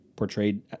portrayed